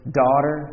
daughter